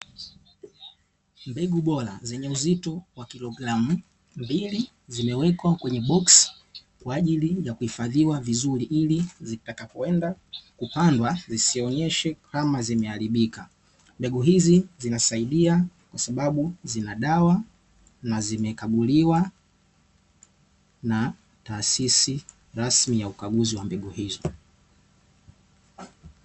Mbegu bora zenye uzito wa kilogramu mbili zimewekwa kwenye boksi kwa ajili ya kuhifadhiwa vizuri ili zitakapoenda kupandwa zisionyeshe kama zimeharibika. Mbegu hizi zinasaidia kwa sababu zina dawa na zimekaguliwa na taasisi rasmi ya ukaguzi wa mbegu hizo.